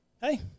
hey